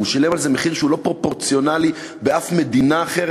והוא שילם על זה מחיר שהוא לא פרופורציונלי בשום מדינה אחרת,